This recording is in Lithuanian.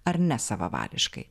ar ne savavališkai